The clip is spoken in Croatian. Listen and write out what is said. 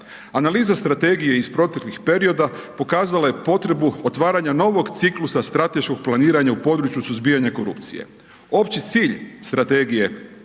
Analiza strategije iz proteklih perioda pokazala je potrebu otvaranja novog ciklusa strateškog planiranja u području suzbijanja korupcije. Opći cilj strategije